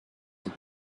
have